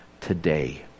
today